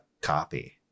copy